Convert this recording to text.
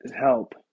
Help